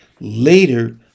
Later